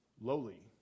lowly